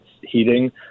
heating